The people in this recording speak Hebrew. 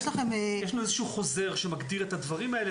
יש לנו חוזר שמגדיר את הדברים האלה.